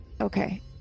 Okay